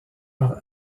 par